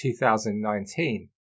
2019